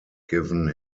given